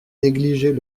négliger